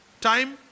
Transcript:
time